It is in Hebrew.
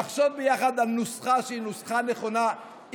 נחשוב ביחד על נוסחה שהיא נוסחה נכונה,